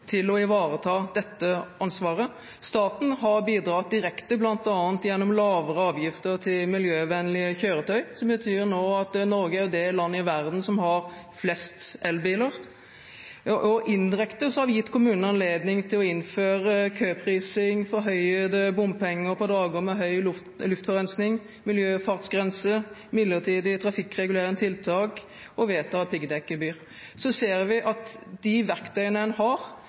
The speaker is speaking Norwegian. til å ivareta dette ansvaret. Staten har bidratt direkte, bl.a. gjennom lavere avgifter til miljøvennlige kjøretøy, som betyr at Norge nå er det landet i verden som har flest elbiler. Indirekte har vi gitt kommunene anledning til å innføre køprising, forhøyede bompenger på dager med høy luftforurensing, miljøfartsgrense, midlertidige trafikkregulerende tiltak og å vedta piggdekkgebyr. Så ser vi at ikke alle kommuner har tatt i bruk de verktøy som man har,